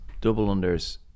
double-unders